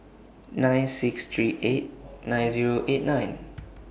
nine six three eight nine Zero eight nine